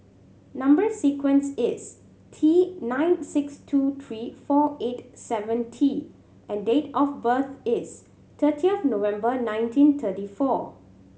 number sequence is T nine six two three four eight seven T and date of birth is thirtieth November nineteen thirty four